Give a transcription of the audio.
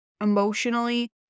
emotionally